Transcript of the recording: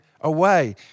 away